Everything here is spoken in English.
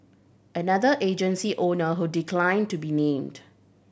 another agency owner who declined to be named